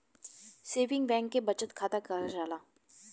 saving bank के बचत खाता कहल जाला